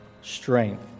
strength